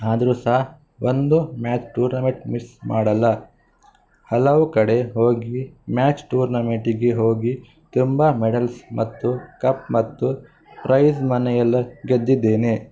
ಆದರೂ ಸಹ ಒಂದೂ ಮ್ಯಾಚ್ ಟೂರ್ನಮೆಟ್ ಮಿಸ್ ಮಾಡೋಲ್ಲ ಹಲವು ಕಡೆ ಹೋಗಿ ಮ್ಯಾಚ್ ಟೂರ್ನಮೆಂಟಿಗೆ ಹೋಗಿ ತುಂಬ ಮೆಡಲ್ಸ್ ಮತ್ತು ಕಪ್ ಮತ್ತು ಪ್ರೈಸನ್ನ ಎಲ್ಲ ಗೆದ್ದಿದ್ದೇನೆ